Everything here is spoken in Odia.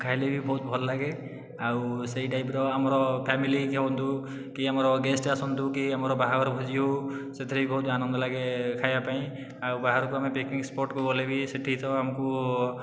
ଖାଇଲେବି ବହୁତ ଭଲ ଲାଗେ ଓ ସେହି ଟାଇପର ଆମର ଫ୍ୟାମିଲି ଯେ ହୁଅନ୍ତୁ କି ଆମର ଗେଷ୍ଟ ଆସନ୍ତୁ କି ଆମର ବାହାଘର ଭୋଜି ହେଉ ସେଥିରେ ବି ବହୁତ ଆନନ୍ଦ ଲାଗେ ଖାଇବା ପାଇଁ ବାହାରକୁ ଆମେ ପିକ୍ନିକ୍ ସ୍ପଟକୁ ଗଲେ ବି ସେଠି ତ ଆମକୁ